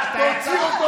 אתה יצאת.